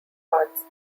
parts